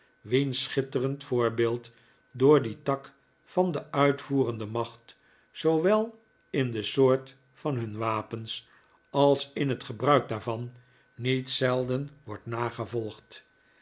wiens schitterend voorbeeld door dien tak van de uitvoerende macht zoowel in de soort van hun wapens als in het gebruik daarvan niet zelden wordt nagevolgd